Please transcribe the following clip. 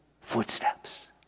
footsteps